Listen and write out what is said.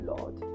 Lord